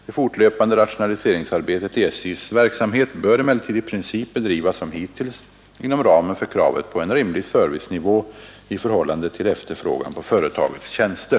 Det fortlöpande rationaliseringsarbetet i SJ:s verksamhet bör emellertid i princip bedrivas som hittills inom ramen för kravet på en rimlig servicenivå i förhållande till efterfrågan på företagets tjänster.